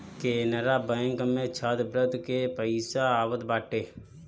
Canara Bank में छात्रवृत्ति के पईसा आवत बाटे